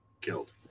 killed